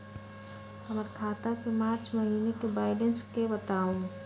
हमर खाता के मार्च महीने के बैलेंस के बताऊ?